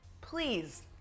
please